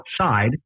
outside